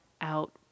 out